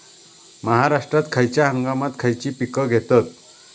महाराष्ट्रात खयच्या हंगामांत खयची पीका घेतत?